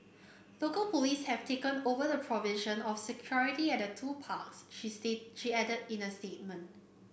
local police have taken over the provision of security at the two parks she state she added in a statement